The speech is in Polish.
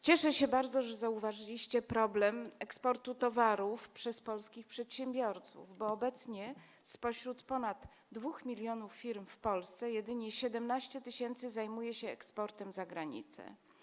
Cieszę się bardzo, że zauważyliście problem eksportu towarów przez polskich przedsiębiorców, bo obecnie spośród ponad 2 mln firm w Polsce jedynie 17 tys. zajmuje się eksportem za granicę.